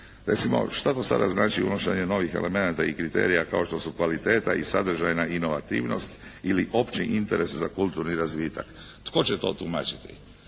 Recimo šta to sada znači unošenje novih elemenata i kriterija kao što su kvaliteta i sadržajna inovativnost ili opći interes za kulturni razvitak. Tko će to tumačiti?